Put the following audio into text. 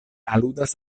aludas